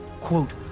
quote